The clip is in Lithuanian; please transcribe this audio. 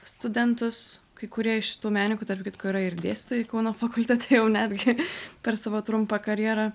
studentus kai kurie iš šitų menių tarp kitko yra ir dėstytojai kauno fakultete jau netgi per savo trumpą karjerą